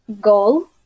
goal